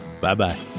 Bye-bye